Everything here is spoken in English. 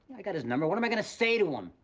i got his number, what am i gonna say to him?